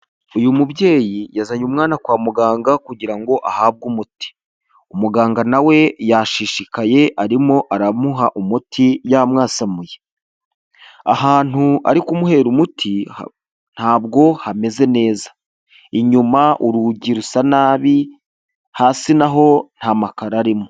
Uyu mubyeyi yazanye umwana kwa muganga kugira ngo ahabwe umuti, umuganga nawe yashishikaye arimo aramuha umuti yamwasamuye, ahantu ari kumuhera umuti ntabwo hameze neza, inyuma urugi rusa nabi hasi naho ntamakaro arimo.